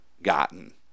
gotten